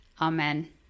Amen